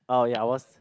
oh ya I was